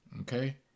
Okay